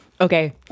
Okay